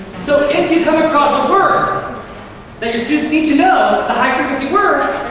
so if you come across a word that your students need to know, that's a high frequency word,